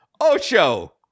Ocho